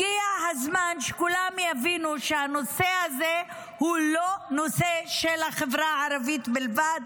הגיע הזמן שכולם יבינו שהנושא הזה הוא לא נושא של החברה הערבית בלבד.